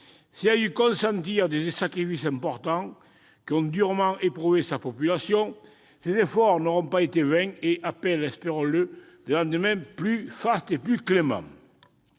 Si elle a dû consentir des sacrifices importants, qui ont durement éprouvé sa population, ces efforts n'auront pas été vains et appellent, espérons-le, des lendemains plus fastes et plus cléments.